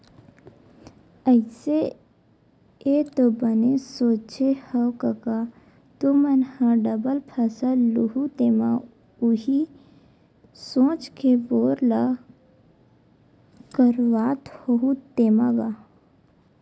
अइसे ऐ तो बने सोचे हँव कका तुमन ह डबल फसल लुहूँ तेमा उही सोच के बोर ल करवात होहू तेंमा गा?